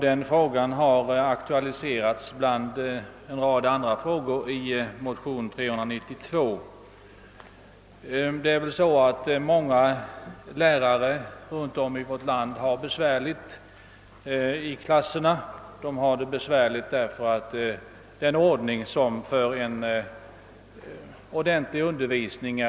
Denna fråga har aktualiserats bland en rad andra i motionen II:392. Många lärare runt om i vårt land har det besvärligt i klasserna, därför att den ordning som är ett villkor för en god undervisning